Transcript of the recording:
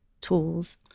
tools